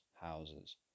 houses